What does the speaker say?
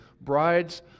brides